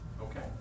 Okay